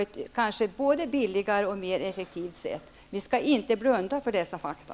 Det gäller valfrihet, olika projekt och verksamhet i enskild regi. Vi skall inte blunda för dessa fakta.